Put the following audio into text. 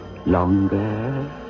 longer